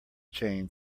chain